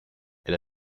elle